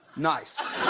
nice!